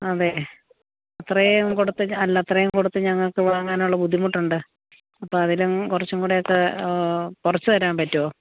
അതെ അത്രയും കൊടുത്ത് അല്ല അത്രയും കൊടുത്ത് ഞങ്ങൾക്ക് വാങ്ങാനുള്ള ബുദ്ധിമുട്ട് ഉണ്ട് അപ്പോൾ അതിലും കുറച്ചുംകൂടെ ഒക്കെ കുറച്ച് തരാൻ പറ്റുമോ